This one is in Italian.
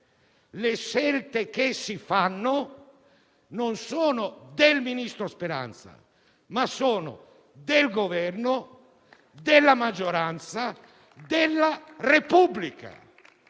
le scelte che si fanno non sono del ministro Speranza, ma sono del Governo, della maggioranza, della Repubblica.